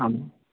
आम्